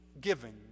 giving